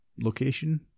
location